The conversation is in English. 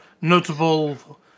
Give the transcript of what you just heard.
notable